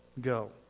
go